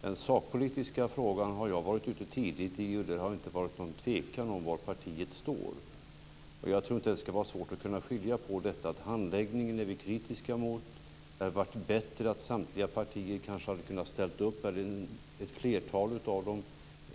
Jag har tidigt agerat i den sakpolitiska frågan. Där har det inte rått något tvivel om var partiet står. Jag tror inte att det ska vara svårt att skilja på att vi är kritiska mot handläggningen. Det hade varit bättre om samtliga, eller ett flertal, partier hade ställt upp